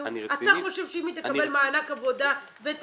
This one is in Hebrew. אתה חושב שאם היא תקבל מענק עבודה ואת